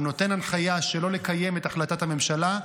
או נותן הנחיה שלא לקיים את החלטת הממשלה,